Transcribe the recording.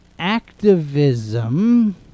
Activism